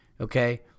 okay